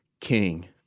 king